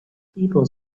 people